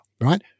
right